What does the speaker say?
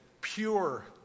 pure